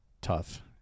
tough